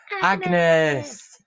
Agnes